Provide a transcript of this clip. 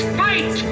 fight